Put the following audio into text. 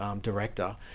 director